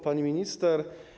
Pani Minister!